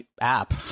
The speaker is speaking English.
app